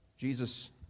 Jesus